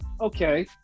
okay